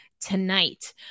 tonight